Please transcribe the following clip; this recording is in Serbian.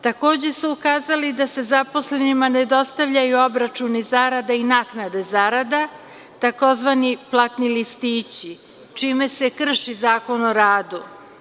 Takođe su ukazali da se zaposlenima ne dostavljaju obračuni zarada i naknada zarada tzv. platni listići, čime se krši Zakon o radu.